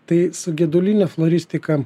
tai su gedulinė floristika